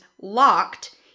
locked